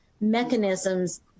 mechanisms